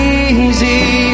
easy